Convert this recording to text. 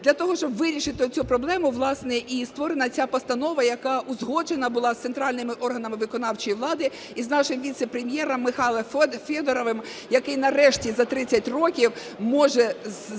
Для того, щоб вирішити цю проблему, власне, і створена ця постанова, яка узгоджена була з центральними органами виконавчої влади і з нашим віце-прем'єром Михайлом Федоровим, який нарешті за 30 років може засобами